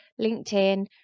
LinkedIn